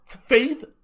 faith